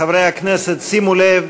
חברי הכנסת, שימו לב,